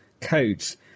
codes